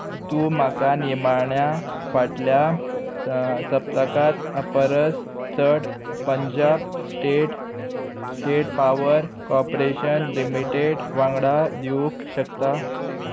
तूं म्हाका निमाण्या फाटल्या सप्तकांत परस चड Punjab state state power corporation limited वांगडा दिवंक शकता